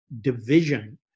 division